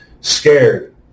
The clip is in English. scared